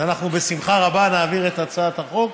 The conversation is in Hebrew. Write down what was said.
אנחנו בשמחה רבה נעביר את הצעת החוק.